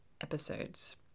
episodes